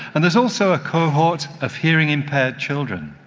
and there is also a cohort of hearing-impaired children.